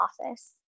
office